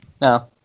No